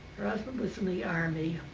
her husband was in the army.